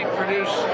produce